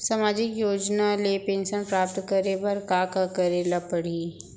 सामाजिक योजना ले पेंशन प्राप्त करे बर का का करे ल पड़ही?